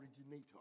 originator